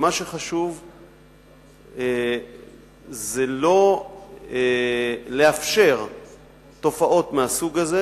מה שחשוב זה לא לאפשר תופעות מהסוג הזה,